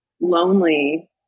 lonely